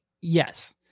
Yes